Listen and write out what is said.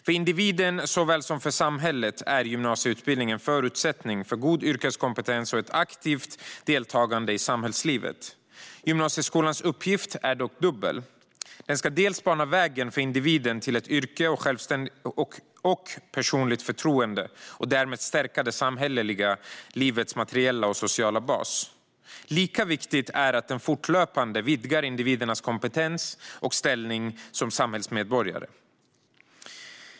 För individen såväl som för samhället är gymnasieutbildning en förutsättning för god yrkeskompetens och ett aktivt deltagande i samhällslivet. Gymnasieskolans uppgift är dock dubbel. Den ska bana väg för individen till ett yrke och personligt förtroende och därmed stärka det samhälleliga livets materiella och sociala bas. Lika viktigt är det att den fortlöpande vidgar individernas kompetens och ställning som samhällsmedborgare.